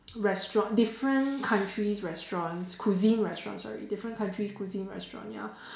restaurant different country's restaurants cuisine restaurant sorry different country's cuisine restaurant ya